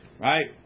Right